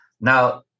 Now